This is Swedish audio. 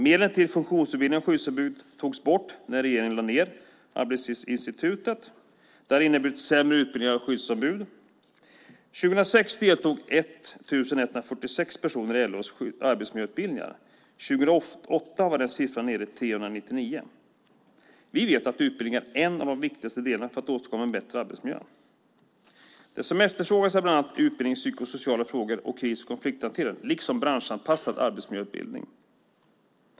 Medlen till funktionsutbildning av skyddsombud togs bort när regeringen lade ned Arbetslivsinstitutet. Det har inneburit sämre utbildning av skyddsombud. År 2006 deltog 1 146 personer i LO:s arbetsmiljöutbildningar. År 2008 var den siffran nere i 399. Vi vet att utbildning är en av de viktigaste delarna för att åstadkomma en bättre arbetsmiljö. Det som efterfrågas är bland annat utbildning i psykosociala frågor och kris och konflikthantering liksom branschanpassad arbetsmiljöutbildning.